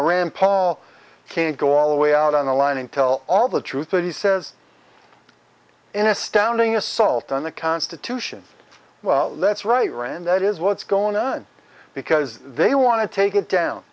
now rand paul can't go all the way out on the line and tell all the truth that he says in astounding assault on the constitution well that's right rand that is what's going on because they want to take it down